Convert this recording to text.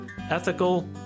ethical